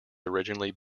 originally